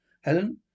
Helen